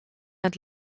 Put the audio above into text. het